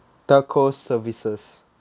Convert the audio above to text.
telco services